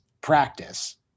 practice